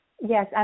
Yes